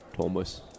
Thomas